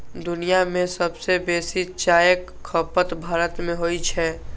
दुनिया मे सबसं बेसी चायक खपत भारत मे होइ छै